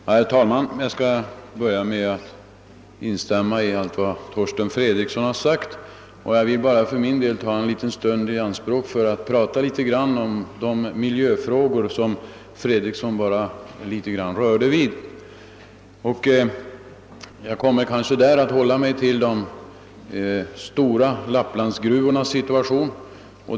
Herr talman! Jag skall börja med att instämma i allt vad Torsten Fredriksson sade. Jag vill ta en liten stund i anspråk för att tala om de miljöfrågor som Fredriksson bara rörde litet vid och jag kommer kanske då att hålla mig till situationen vid de stora Lapplandsgruvorna.